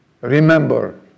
remember